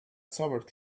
sobered